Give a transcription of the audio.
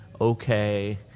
okay